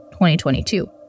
2022